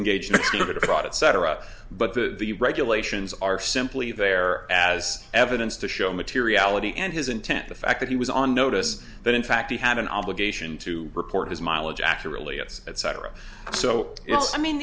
it cetera but the regulations are simply there as evidence to show materiality and his intent the fact that he was on notice that in fact he had an obligation to report his mileage accurately us etc so i mean